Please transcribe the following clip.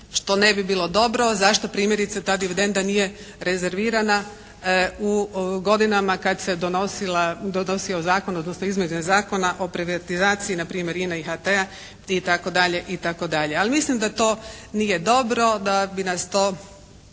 što ne bi bilo dobro zašto primjerice ta dividenda nije rezervirana u godinama kad se donosio zakon, odnosno izmjene Zakona o privatizaciji na primjer INA-e i HT-a itd. itd. Ali mislim da to nije dobro, da bi nas to